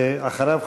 ואחריו,